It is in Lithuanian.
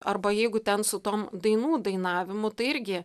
arba jeigu ten su tom dainų dainavimu tai irgi